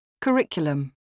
Curriculum